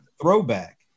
throwback